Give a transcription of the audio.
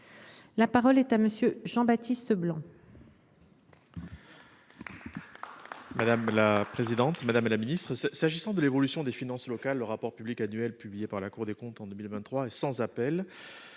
La parole est à M. Jean-Baptiste Blanc. Madame la ministre, s'agissant de l'évolution des finances locales, le rapport public annuel publié par la Cour des comptes en 2023 est sans appel.